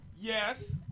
Yes